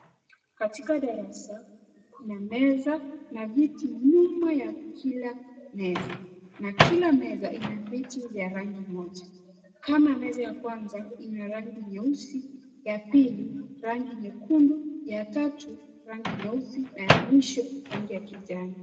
Katika darasa, kuna meza na viti nyuma ya kila meza na kila meza ina viti vya rangi moja, kama meza ya kwanza ina rangi nyeusi, ya pili rangi nyekundu, ya tatu rangi nyeusi na ya mwisho rangi kijani.